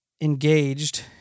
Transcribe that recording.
engaged